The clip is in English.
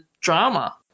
drama